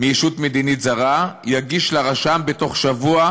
מישות מדינית זרה יגיש לרשם בתוך שבוע